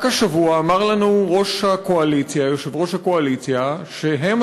רק השבוע אמר לנו יושב-ראש הקואליציה שהם